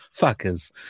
fuckers